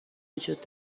وجود